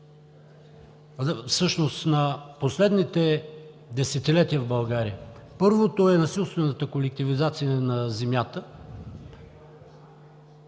всъщност на последните десетилетия в България. Първото е насилствената колективизация на земята